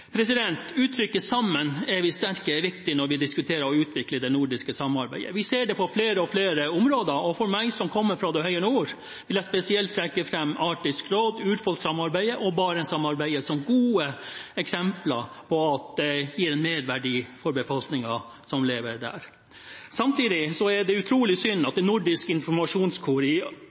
Uttrykket «Sammen er vi sterke» er viktig når vi diskuterer det å utvikle det nordiske samarbeidet. Vi ser det på flere og flere områder, og jeg, som kommer fra det høye nord, vil spesielt trekke fram Arktisk råd, urfolksamarbeidet og Barentssamarbeidet som gode eksempler på at det gir en merverdi for den befolkningen som lever der. Samtidig er det utrolig synd at det nordiske informasjonskontoret i